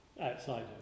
outside